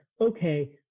okay